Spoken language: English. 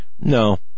no